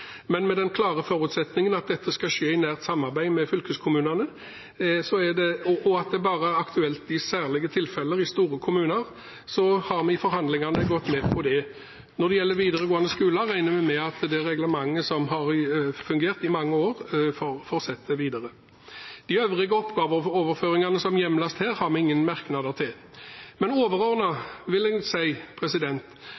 men med den klare forutsetningen at dette skal skje i nært samarbeid med fylkeskommunene, og at det bare er aktuelt i særlige tilfeller i store kommuner, så har vi i forhandlingene gått med på det. Når det gjelder videregående skoler, regner vi med at det reglementet som har fungert i mange år, fortsetter videre. De øvrige oppgaveoverføringene som hjemles her, har vi ingen merknader til, men